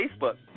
Facebook